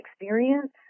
experience